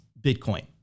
Bitcoin